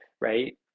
right